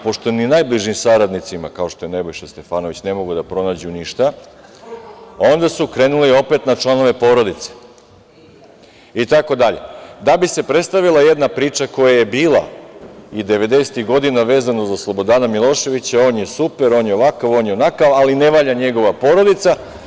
Pošto ni najbližim saradnicima, kao što je Nebojša Stefanović, ne mogu da pronađu ništa, onda su krenuli opet na članove porodice itd. da bi se predstavila jedna priča koja je bila 90-ih godina vezana za Slobodana Miloševića – on je super, on je ovakav, on je onakav, ali ne valja njegova porodica.